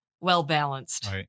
well-balanced